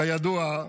כידוע,